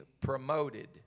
promoted